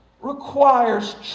requires